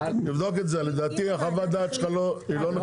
תבדוק את זה, לדעתי חוות הדעת שלך לא נכונה.